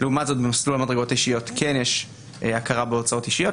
לעומת זאת במסלול המדרגות האישיות יש הכרה בהוצאות אישיות.